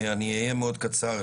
אני אהיה מאוד קצר.